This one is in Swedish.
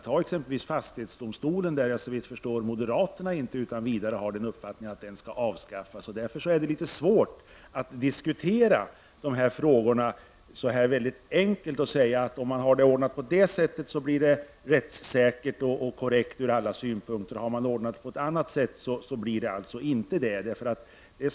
Jag har förstått att moderaterna inte har uppfattningen att t.ex. fastighetsdomstolen skall avskaffas. Därför är det litet svårt att diskutera dessa frågor så här enkelt och säga att om det är ordnat på detta sätt så blir det rättssäkert och korrekt ur alla synpunkter, och om man har ordnat det på ett annat sätt blir det inte rättssäkert och korrekt.